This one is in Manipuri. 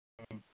ꯎꯝ